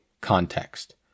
context